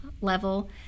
level